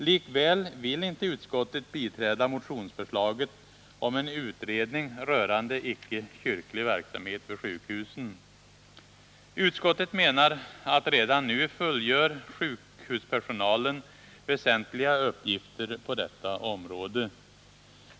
Likväl vill inte utskottet biträda 199 Utskottet menar att sjukhuspersonalen redan nu fullgör väsentliga uppgifter på detta område.